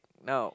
now